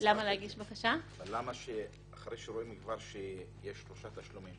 אבל למה אחרי שרואים שיש כבר שלושה תשלומים